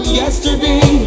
yesterday